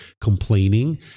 complaining